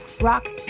rock